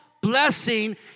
blessing